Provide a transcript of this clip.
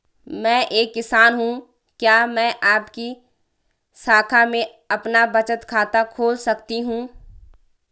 मैं एक किसान हूँ क्या मैं आपकी शाखा में अपना बचत खाता खोल सकती हूँ?